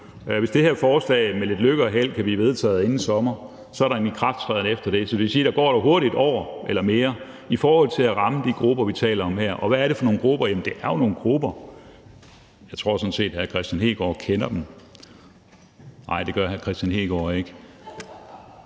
hvis det her forslag med lidt lykke og held kan blive vedtaget inden sommer, er der en ikrafttræden derefter. Så det vil jo sige, at der hurtigt går et år eller mere i forhold til at ramme de grupper, vi taler om her. Og hvad er det for nogle grupper? Jamen det er jo nogle grupper – jeg tror sådan set, hr. Kristian Hegaard kender dem, nej, det gør hr. Kristian Hegaard ikke